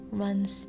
runs